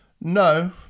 No